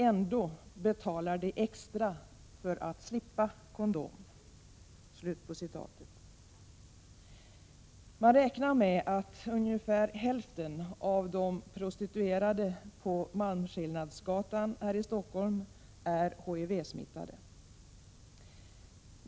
Ändå betalar de extra för att slippa kondom.” Man räknar med att ungefär hälften av de prostituerade på Malmskillnadsgatan här i Stockholm är HIV-smittade.